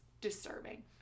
disturbing